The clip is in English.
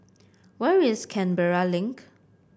where is Canberra Link